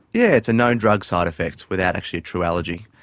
yeah it's known drug side-effects without actually a true allergy.